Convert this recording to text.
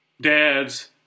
dads